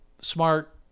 smart